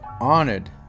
honored